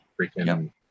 freaking